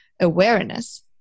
awareness